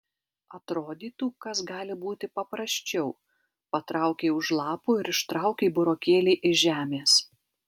atrodytų kas gali būti paprasčiau patraukei už lapų ir ištraukei burokėlį iš žemės